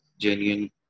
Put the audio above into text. genuine